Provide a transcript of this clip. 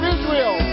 Israel